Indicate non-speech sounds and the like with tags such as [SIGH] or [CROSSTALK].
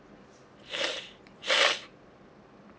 [NOISE]